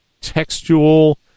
textual